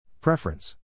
Preference